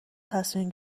تصمیم